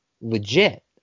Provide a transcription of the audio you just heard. legit